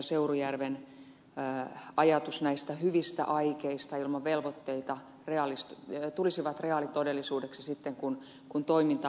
seurujärven ajatus näistä hyvistä aikeista ilman velvoitteita tulisivat reaalitodellisuudeksi sitten kun toiminta alkaa